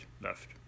Left